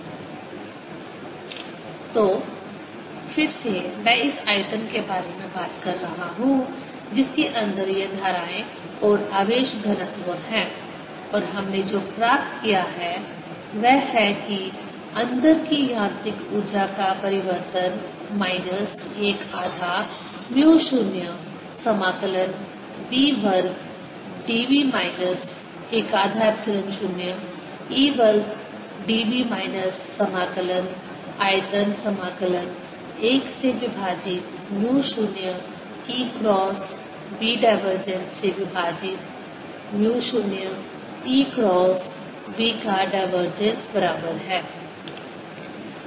dWdt10dV EB 120E2dV EBBE E EBBE EB BB∂t EB 12∂tB2 dWdt B220dV 120E2dV dV 10 तो फिर से मैं इस आयतन के बारे में बात कर रहा हूं जिसके अंदर ये धाराएं और आवेश घनत्व हैं और हमने जो प्राप्त किया है वह है कि अंदर की यांत्रिक ऊर्जा का परिवर्तन माइनस एक आधा म्यू 0 समाकलन B वर्ग dv माइनस एक आधा एप्सिलॉन 0 E वर्ग dv माइनस समाकलन आयतन समाकलन 1 से विभाजित mu 0 E cross B divergence से विभाजित म्यू 0 E क्रॉस B का डायवर्जेंस बराबर है